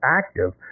active